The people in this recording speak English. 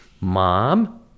Mom